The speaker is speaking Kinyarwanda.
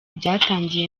byatangiye